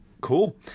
cool